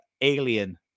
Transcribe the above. alien